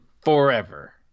forever